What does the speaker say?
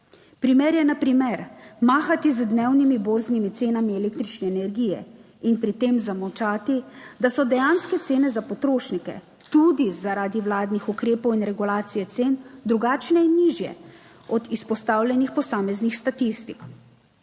Primer je na primer mahati z dnevnimi borznimi cenami električne energije in pri tem zamolčati, da so dejanske cene za potrošnike tudi zaradi vladnih ukrepov in regulacije cen drugačne in nižje od izpostavljenih posameznih statistik,